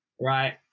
right